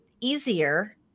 easier